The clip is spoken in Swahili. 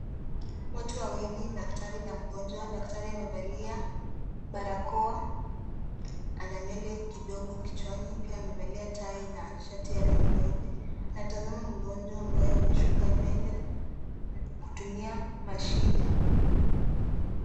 Watu wawili, daktari na mgonjwa. Daktari amevalia barakoa, ana nywele kidogo kichwani pia amevalia tai na shati ya rangi nyeupe, anatazama mgonjwa ambaye ameshuka nywele kutumia mashine.